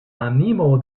animo